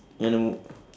do you wanna move